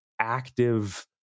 active